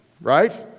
right